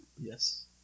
Yes